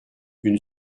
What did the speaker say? une